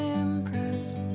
impressed